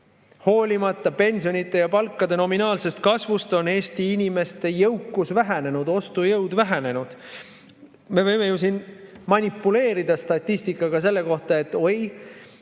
Hoolimata pensionide ja palkade nominaalsest kasvust on Eesti inimeste jõukus vähenenud ja ostujõud vähenenud.Me võime ju siin manipuleerida statistikaga selle kohta, et oi,